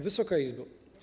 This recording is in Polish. Wysoka Izbo!